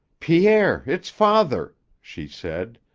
pierre, it's father! she said.